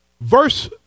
Verse